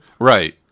Right